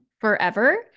forever